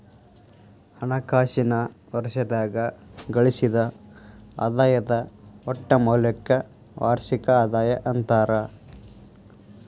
ಹಣಕಾಸಿನ್ ವರ್ಷದಾಗ ಗಳಿಸಿದ್ ಆದಾಯದ್ ಒಟ್ಟ ಮೌಲ್ಯಕ್ಕ ವಾರ್ಷಿಕ ಆದಾಯ ಅಂತಾರ